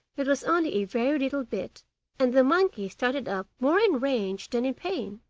it was only a very little bit and the monkey started up more in rage than in pain.